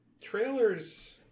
trailers